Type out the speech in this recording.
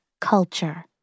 culture